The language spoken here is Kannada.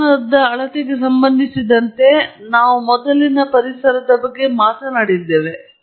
ತಾಪಮಾನದ ಅಳತೆಗೆ ಸಂಬಂಧಿಸಿದಂತೆ ನಾವು ಮೊದಲಿನ ಪರಿಸರದ ಬಗ್ಗೆ ಮಾತನಾಡಿದ್ದೇವೆ